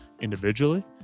individually